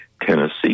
Tennessee